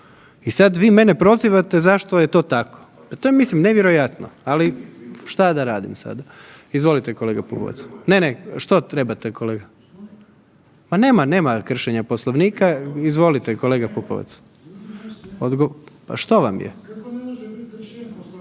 I sad vi mene prozivate zašto je to tako. Pa to je mislim nevjerojatno, ali što da radim sada. Izvolite kolega Pupavac, ne, ne što trebate kolega. Pa nema, nema kršenja Poslovnika. Izvolite kolega Pupavac. Što vam je?